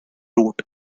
road